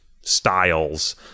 styles